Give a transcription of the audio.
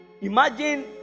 Imagine